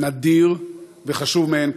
נדיר וחשוב מאין כמוהו.